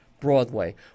Broadway